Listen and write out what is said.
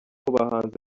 bahanzi